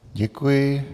Děkuji.